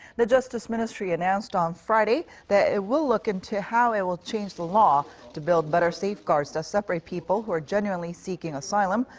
the justice ministry announced on friday. that it will look into how it will change the law to build better safeguards that separate people who are genuinely seeking asylum.